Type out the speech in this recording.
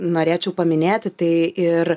norėčiau paminėti tai ir